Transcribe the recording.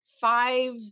five